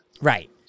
Right